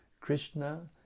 Krishna